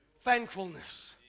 Thankfulness